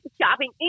shopping